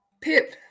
Pip